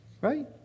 right